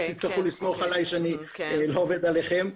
תצטרכו לסמוך עליי שאני לא עובד עליהם.